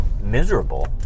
miserable